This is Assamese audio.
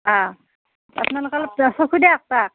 অঁ আপোনালোকে অলপ চকু দিয়ক তাক